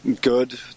good